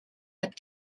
but